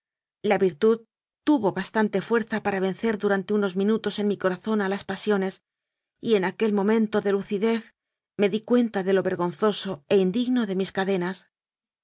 la virtud tuvo bastante fuerza para vencer durante unos minutos en mi corazón a las pa siones y en aquel momento de lucidez me di cuen ta de lo vergonzoso e indigno de mis cadenas